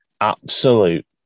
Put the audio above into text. absolute